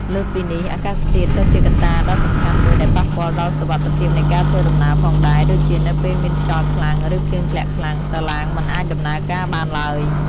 លើសពីនេះ អាកាសធាតុក៏ជាកត្តាដ៏សំខាន់មួយដែលប៉ះពាល់ដល់សុវត្ថិភាពនៃការធ្វើដំណើរផងដែរ ដូចជានៅពេលមានខ្យល់ខ្លាំង ឬភ្លៀងធ្លាក់ខ្លាំង សាឡាងមិនអាចដំណើរការបានឡើយ។